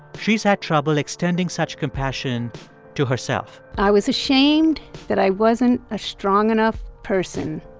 she's had trouble extending such compassion to herself i was ashamed that i wasn't a strong enough person.